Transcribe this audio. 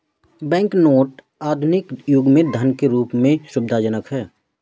bank note आधुनिक युग में धन के रूप में सुविधाजनक हैं